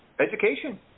education